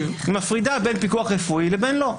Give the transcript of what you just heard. מפרידה בין פיקוח רפואי לבין לא.